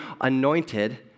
anointed